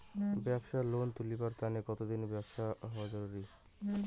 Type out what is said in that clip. ব্যাবসার লোন তুলিবার তানে কতদিনের ব্যবসা হওয়া জরুরি?